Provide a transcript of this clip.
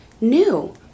new